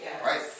right